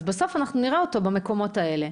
אז בסוף אנחנו נראה אותו במקומות האלה.